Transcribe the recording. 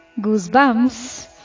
goosebumps